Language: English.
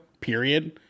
period